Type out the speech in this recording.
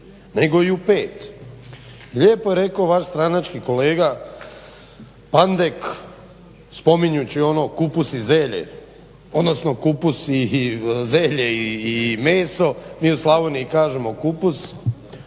nego i u pet. lijepo je rekao vaš stranački kolega Pandek spominjući ono kupus i zelje odnosno kupus i zelje i meso, mi u Slavoniji kažemo kupus